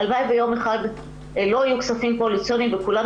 הלוואי שיום אחד לא יהיו כספים קואליציוניים וכולם